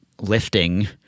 lifting